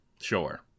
sure